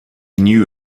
new